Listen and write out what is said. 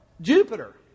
Jupiter